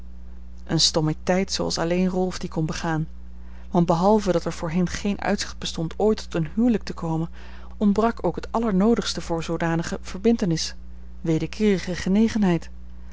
eene stommiteit zooals alleen rolf die kon begaan want behalve dat er voor hen geen uitzicht bestond ooit tot een huwelijk te komen ontbrak ook het allernoodigste voor zoodanige verbintenis wederkeerige genegenheid